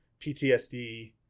PTSD